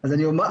אז אני אומר,